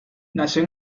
nació